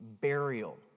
burial